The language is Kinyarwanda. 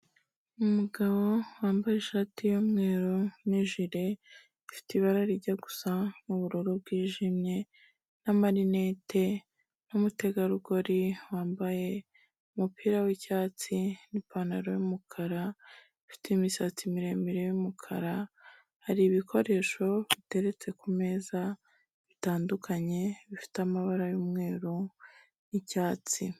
Umugabo wambaye ishati y'umweru n'ijire rifite ibara rijya gusa n'ubururu bwijimye n'amarinete n'umutegarugori wambaye umupira w'icyatsi n'ipantaro y'umukara, afite imisatsi miremire y'umukara, hari ibikoresho biteretse ku meza bitandukanye, bifite amabara y'umweru n'icyatsi.